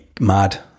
Mad